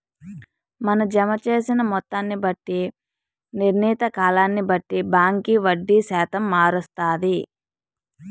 మన జమ జేసిన మొత్తాన్ని బట్టి, నిర్ణీత కాలాన్ని బట్టి బాంకీ వడ్డీ శాతం మారస్తాది